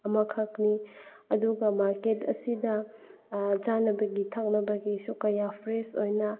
ꯑꯃꯈꯛꯅꯤ ꯑꯗꯨꯒ ꯃꯥꯔꯀꯦꯠ ꯑꯁꯤꯗ ꯆꯥꯅꯕꯒꯤ ꯊꯛꯅꯕꯒꯤꯁꯨ ꯀꯌꯥ ꯐ꯭ꯔꯦꯁ ꯑꯣꯏꯅ